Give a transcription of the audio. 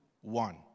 one